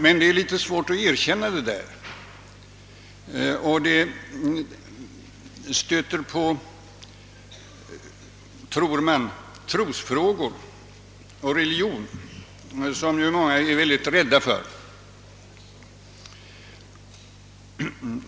Men det är litet svårt att erkänna och man tror att det stöter på trosoch religionsfrågor, som många är rädda för att beröra.